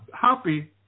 happy